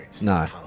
No